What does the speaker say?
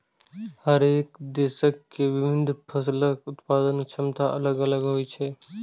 हरेक देशक के विभिन्न फसलक उत्पादन क्षमता अलग अलग होइ छै